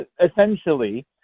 essentially